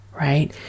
right